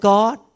God